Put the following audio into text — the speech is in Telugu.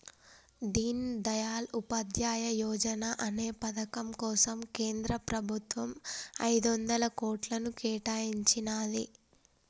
దీన్ దయాళ్ ఉపాధ్యాయ యోజనా అనే పథకం కోసం కేంద్ర ప్రభుత్వం ఐదొందల కోట్లను కేటాయించినాది